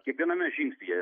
kiekviename žingsnyje